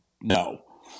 no